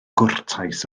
gwrtais